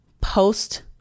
post